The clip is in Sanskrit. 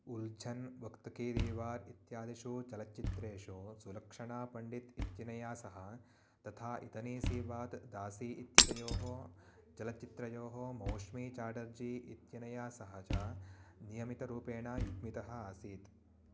उल्झन् वक्तकी देवार् इत्यादिषु चलच्चित्रेषु सुलक्षणापण्डित् इत्यनया सह तथा इतनी सेवात् दासी इत्येतयोः चलच्चित्रयोः मौश्मी चाडर्जी इत्यनया सह च नियमितरूपेण युग्मितः आसीत्